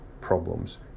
problems